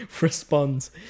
responds